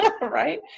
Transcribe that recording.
Right